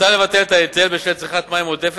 מוצע לבטל את ההיטל בשל צריכת מים עודפת,